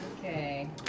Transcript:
Okay